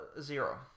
Zero